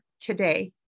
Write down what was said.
today